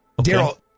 Daryl